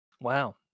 Wow